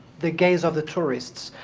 the gaze of the tourists.